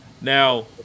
Now